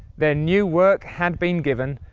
their new work had been given,